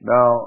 Now